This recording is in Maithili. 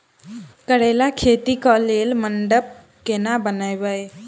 करेला खेती कऽ लेल मंडप केना बनैबे?